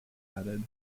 added